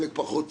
חלק פחות צדקו.